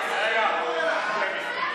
ההצעה להעביר את הצעת חוק הבחירות (דרכי תעמולה)